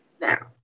now